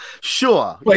Sure